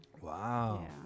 Wow